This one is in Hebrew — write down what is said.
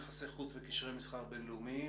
יחסי חוץ וקשרי מסחר בין-לאומיים.